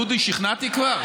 דודי, שכנעתי כבר?